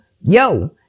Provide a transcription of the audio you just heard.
yo